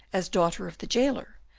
as daughter of the jailer,